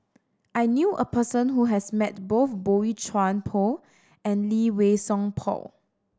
I knew a person who has met both Boey Chuan Poh and Lee Wei Song Paul